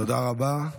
תודה רבה.